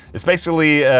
it's basically